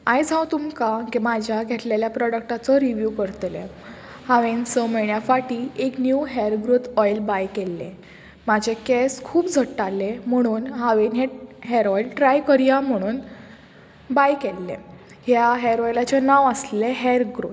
आयज हांव तुमकां म्हाज्या घेतलेल्या प्रोडक्टाचो रिवीव करतलें हांवेंन स म्हयण्या फाटी एक new hair growth oil buy केल्लें म्हाजें केंस खूब झडटालें म्हणून हांवेंन हेअर ऑयल ट्राय करया म्हणून बाय केल्लें ह्या हेअर ऑयलाचें नांव आसलें हेअर ग्रोथ